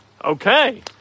Okay